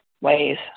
ways